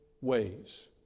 ways